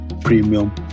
premium